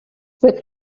with